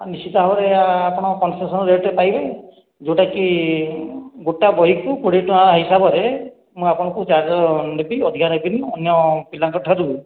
ନିଶ୍ଚିତ ଭାବରେ ଆପଣ କନସେସନ ରେଟ୍ ପାଇବେ ଯେଉଁଟାକି ଗୋଟେ ବହିକୁ କୋଡ଼ିଏ ଟଙ୍କା ହିସାବରେ ମୁଁ ଆପଣଙ୍କୁ ଚାର୍ଜ ନେବି ଅଧିକା ନେବିନି ଅନ୍ୟ ପିଲାଙ୍କ ଠାରୁ